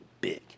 big